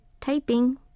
typing